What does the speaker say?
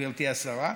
גברתי השרה,